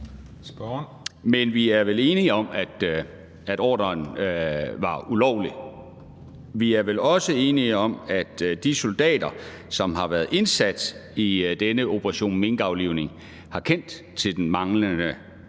Men vi er vel enige om, at ordren var ulovlig. Vi er vel også enige om, at de soldater, som har været indsat i denne operation minkaflivning, har kendt til den manglende